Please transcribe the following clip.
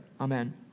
Amen